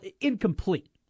incomplete